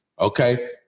okay